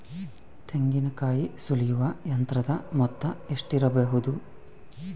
ತೆಂಗಿನಕಾಯಿ ಸುಲಿಯುವ ಯಂತ್ರದ ಮೊತ್ತ ಎಷ್ಟಿರಬಹುದು?